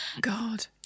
God